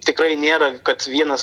tikrai nėra kad vienas